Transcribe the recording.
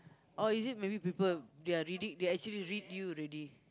oh is it maybe people they are reading they actually read you already